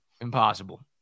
impossible